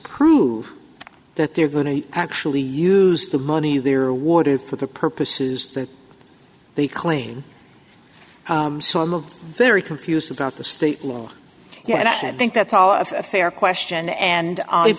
prove that they're going to actually use the money they are warded for the purposes that they claim so in the very confused about the state law yeah i think that's all of a fair question and if